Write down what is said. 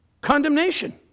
condemnation